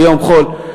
ביום חול.